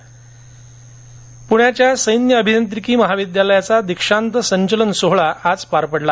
पूण्याच्या सैन्य अभियांत्रिकी महाविद्यालयाचा दीक्षांत संचलंन सोहळा आज पार पडला